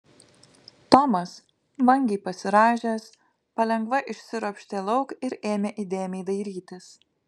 tomas vangiai pasirąžęs palengva išsiropštė lauk ir ėmė įdėmiai dairytis